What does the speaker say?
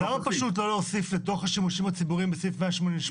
למה פשוט לא להוסיף לתוך השימושים הציבוריים בסעיף 188,